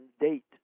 date